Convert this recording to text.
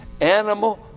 animal